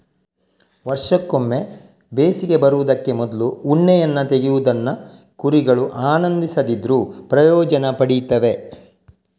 ವರ್ಷಕ್ಕೊಮ್ಮೆ ಬೇಸಿಗೆ ಬರುದಕ್ಕೆ ಮೊದ್ಲು ಉಣ್ಣೆಯನ್ನ ತೆಗೆಯುವುದನ್ನ ಕುರಿಗಳು ಆನಂದಿಸದಿದ್ರೂ ಪ್ರಯೋಜನ ಪಡೀತವೆ